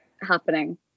happening